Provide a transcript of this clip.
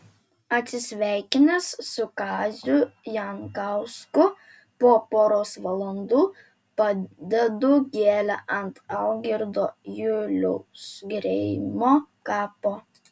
atsisveikinęs su kaziu jankausku po poros valandų padedu gėlę ant algirdo juliaus greimo kapo